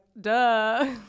duh